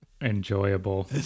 enjoyable